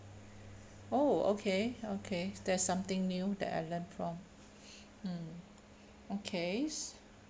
oh okay okay that's something new that I learned from mm okay